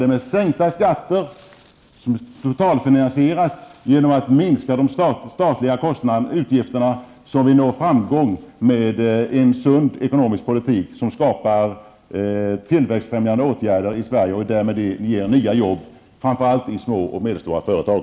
Det är med sänkta skatter, som totalfinansieras genom att de statliga utgifterna minskas, som vi når framgång med en sund ekonomisk politik som skapar tillväxtfrämjande åtgärder i Sverige och därmed ger nya jobb, framför allt i små och medelstora företag.